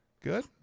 Good